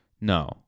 No